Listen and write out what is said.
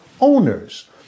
owners